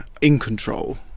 in-control